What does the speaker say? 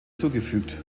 zugefügt